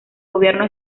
gobierno